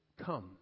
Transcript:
Come